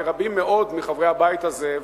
לרבים מאוד מחברי הבית הזה,